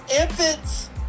Infants